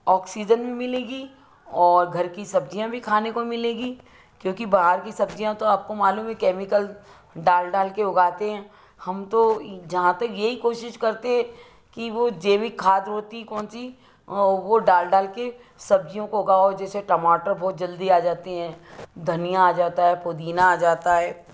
oxygen भी मिलेगी और घर की सब्ज़ियाँ भी खाने को मिलेगी क्योंकि बाहर की सब्ज़ियाँ तो आपको मालूम है कैमिकल डाल डालकर उगाते हैं हम तो जहाँ तक यही कोशिश करते हैं कि वह जैविक खाद होती कौन सी वह डाल डालकर सब्ज़ियों को उगाव जैसे टमाटर बहुत जल्दी आ जाते हैं धनिया आ जाता है पुदीना आ जाता है